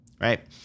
right